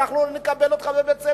אנחנו לא נקבל אותך לבית-ספר?